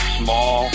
small